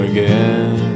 Again